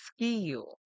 skill